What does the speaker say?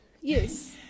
yes